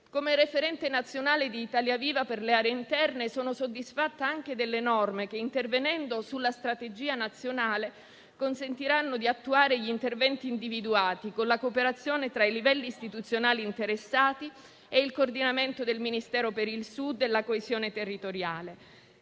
Come referente nazionale di Italia Viva per le aree interne sono soddisfatta anche delle norme che, intervenendo sulla strategia nazionale, consentiranno di attuare gli interventi individuati con la cooperazione tra i livelli istituzionali interessati e il coordinamento del Ministero per il Sud e la coesione territoriale.